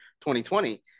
2020